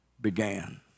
began